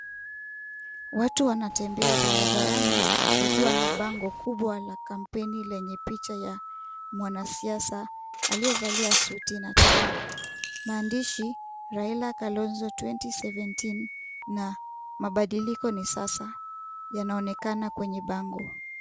Watu wanatembea barabarani wakiwa na bango kubwa la kampeni, lenye picha ya mwanasiasa aliyevalia suti na tai. Maandishi, Raila Kalonzo 2017, na mabadiliko ni sasa, yanaonekana kwenye bango.